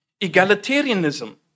Egalitarianism